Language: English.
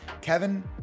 Kevin